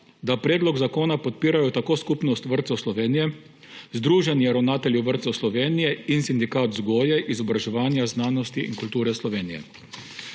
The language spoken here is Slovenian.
da predlog zakona podpirajo tako Skupnost vrtcev Slovenije, Združenje ravnateljev vrtcev Slovenije in Sindikat vzgoje, izobraževanja, znanosti in kulture Slovenije.